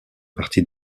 partie